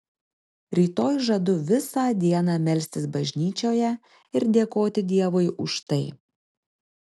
rytoj žadu visą dieną melstis bažnyčioje ir dėkoti dievui už tai